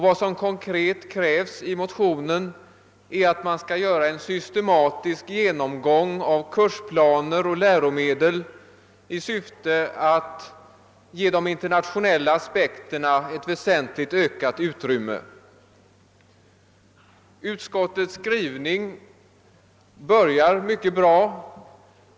Vad som konkret krävs i motionen är en systematisk genomgång av kursplaner och läromedel i syfte att ge de internationella aspekterna ett väsentligt ökat utrymme. Utskottets skrivning börjar mycket bra.